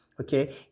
okay